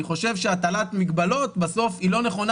אני חושב שהטלת מגבלות בסוף היא לא נכונה